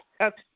Okay